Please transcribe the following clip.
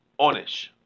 onish